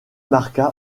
marqua